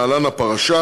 להלן: הפרשה,